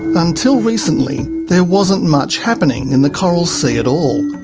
until recently, there wasn't much happening in the coral sea at all.